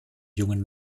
jungen